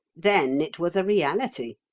then it was a reality.